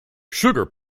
sugar